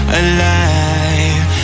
alive